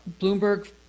Bloomberg